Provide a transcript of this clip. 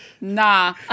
Nah